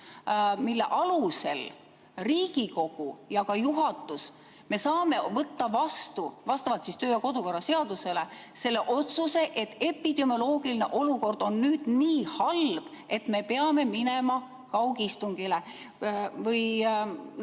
mille alusel Riigikogu ja ka juhatus saab võtta vastu vastavalt kodu‑ ja töökorra seadusele selle otsuse, et epidemioloogiline olukord on nüüd nii halb, et me peame minema kaugistungile,